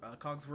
Cogsworth